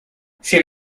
sin